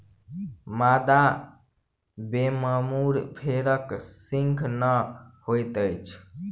मादा वेम्बूर भेड़क सींघ नै होइत अछि